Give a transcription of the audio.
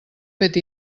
fet